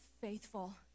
faithful